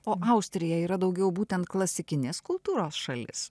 o austrija yra daugiau būtent klasikinės kultūros šalis